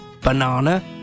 banana